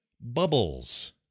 bubbles